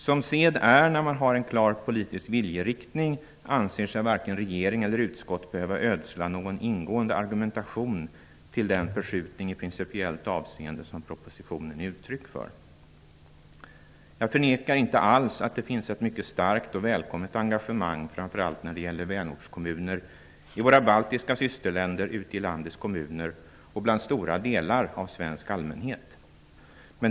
Som sed är när man har en klar politisk viljeriktning, anser sig varken regering eller utskott behöva ödsla någon ingående argumentation till den förskjutning i principiellt avseende som propositionen är uttryck för. Jag förnekar inte alls att det finns ett mycket starkt och välkommet engagemang, framför allt när det gäller vänortskommuner i våra baltiska systerländer, ute i landets kommuner och bland stora delar av svensk allmänhet.